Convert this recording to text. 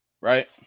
right